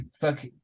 fuck